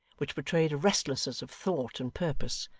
which betrayed a restlessness of thought and purpose,